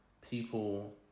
people